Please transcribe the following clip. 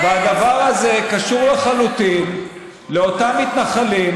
והדבר הזה קשור לחלוטין לאותם מתנחלים,